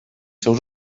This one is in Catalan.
seus